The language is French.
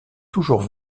toujours